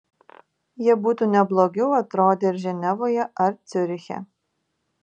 jie būtų ne blogiau atrodę ir ženevoje ar ciuriche